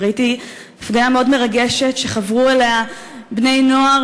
וראיתי הפגנה מאוד מרגשת שחברו אליה בני-נוער